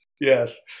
Yes